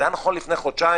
זה היה נכון לפני חודשיים,